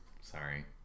Sorry